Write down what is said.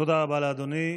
תודה רבה לאדוני.